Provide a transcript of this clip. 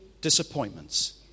disappointments